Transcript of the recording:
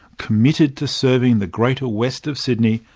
committed to serving the greater west of sydney,